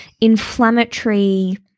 inflammatory